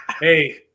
Hey